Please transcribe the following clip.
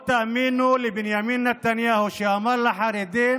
או תאמינו לבנימין נתניהו שאמר לחרדים